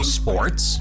sports